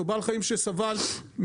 או בעל חיים שסבל מפציעה,